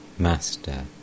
Master